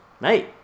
mate